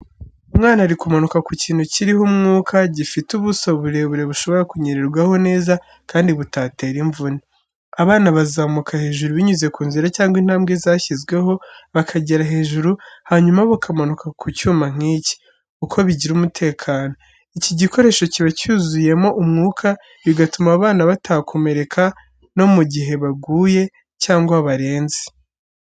Umwana ari kumanuka ku kintu kiriho umwuka, gifite ubuso burebure bushobora kunyererwaho neza kandi butatera imvune. Abana bazamuka hejuru binyuze ku nzira cyangwa intambwe zashyizweho, bakagera hejuru hanyuma bakamanuka ku cyuma nk’iki. Uko bigira umutekano: Iki gikoresho kiba cyuzuyemo umwuka, kigatuma abana batakomeretsa no mu gihe baguye cyangwa barenze.